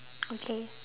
okay